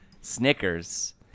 Snickers